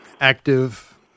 active